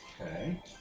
Okay